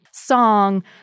song